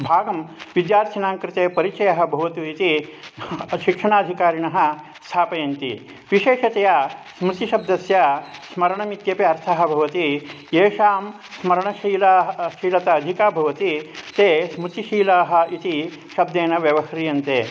भागं विद्यार्थिनां कृते परिचयः भवतु इति शिक्षणाधिकारिणः स्थापयन्ति विशेषतया स्मृतिशब्दस्य स्मरणमित्यपि अर्थः भवति येषां स्मरणशीलाः शीलता अधिका भवति ते स्मृतिशीलाः इति शब्देन व्यवह्रियन्ते